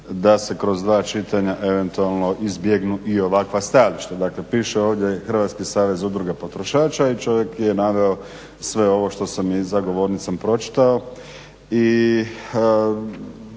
da se kroz dva čitanja eventualno izbjegnu i ovakva stajališta. Dakle, piše ovdje Hrvatski savez udruga potrošača i čovjek je naveo sve ovo što sam i za govornicom pročitao